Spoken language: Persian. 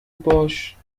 باش